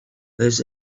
this